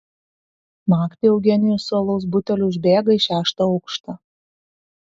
naktį eugenijus su alaus buteliu užbėga į šeštą aukštą